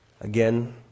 Again